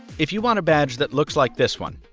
if you want a badge that looks like this one,